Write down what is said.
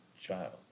child